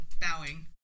bowing